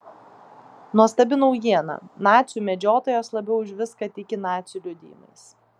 nuostabi naujiena nacių medžiotojas labiau už viską tiki nacių liudijimais